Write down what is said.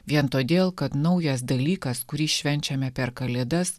vien todėl kad naujas dalykas kurį švenčiame per kalėdas